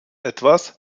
etwas